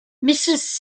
mrs